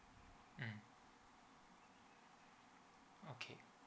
mm okay